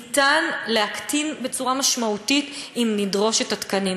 ניתן להקטין בצורה משמעותית אם נדרוש את התקנים.